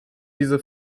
diese